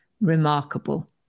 remarkable